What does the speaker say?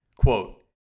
Quote